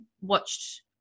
watched